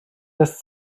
das